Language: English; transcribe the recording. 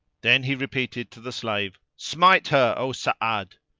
then he repeated to the slave, smite her, o sa'ad!